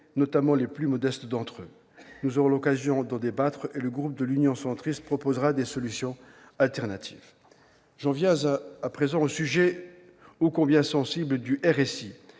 notamment les plus modestes d'entre eux ? Nous aurons l'occasion d'en débattre, et le groupe Union Centriste proposera des solutions alternatives. J'en viens au sujet, ô combien sensible, du RSI.